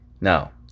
Now